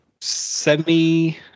semi